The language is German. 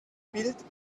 bild